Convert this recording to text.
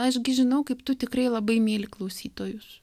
aš gi žinau kaip tu tikrai labai myli klausytojus